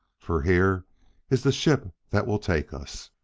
for here is the ship that will take us.